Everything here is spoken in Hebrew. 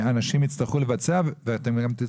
שהם מסתובבים ממקום למקום ואת יודעת.